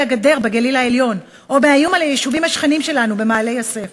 הגדר בגליל העליון או על היישובים השכנים שלנו במעלה-יוסף.